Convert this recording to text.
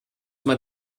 man